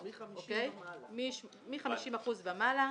מ-50% ומעלה,